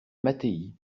mattei